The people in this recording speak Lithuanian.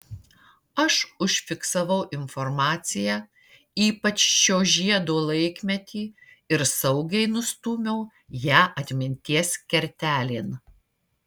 aš užfiksavau informaciją ypač šio žiedo laikmetį ir saugiai nustūmiau ją atminties kertelėn